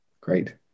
Great